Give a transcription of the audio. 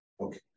Okay